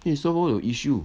可以 solve all your issue